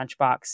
Lunchbox